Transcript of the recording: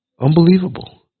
Unbelievable